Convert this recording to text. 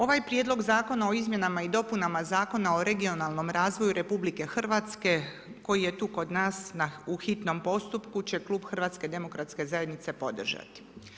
Ovaj prijedlog zakona o izmjenama i dopunama Zakona o regionalnom razvoju RH koji je tu kod nas u hitnom postupku će klub Hrvatske demokratske zajednice podržati.